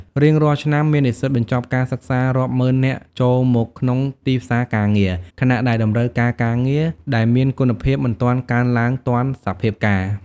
រៀងរាល់ឆ្នាំ មាននិស្សិតបញ្ចប់ការសិក្សារាប់ម៉ឺននាក់ចូលមកក្នុងទីផ្សារការងារ ខណៈដែលតម្រូវការការងារដែលមានគុណភាពមិនទាន់កើនឡើងទាន់សភាពការណ៍។